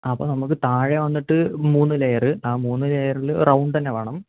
അപ്പോൾ നമ്മൾക്ക് താഴെ വന്നിട്ട് മൂന്ന് ലെയറ് ആ മൂന്ന് ലെയറിൽ റൗണ്ടുതന്നെ വേണം